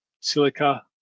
silica